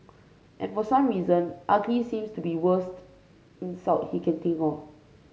and for some reason ugly seems to be worst insult he can think of